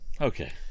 Okay